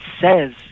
says